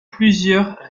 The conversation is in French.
plusieurs